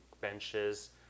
benches